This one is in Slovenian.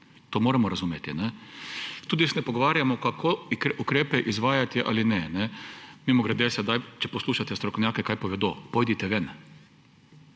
To moramo razumeti. Tudi se ne pogovarjamo, kako ukrepe izvajati ali ne. Mimogrede, sedaj, če poslušate strokovnjake − kaj povedo? Pojdite ven!